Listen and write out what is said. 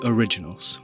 Originals